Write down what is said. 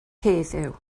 heddiw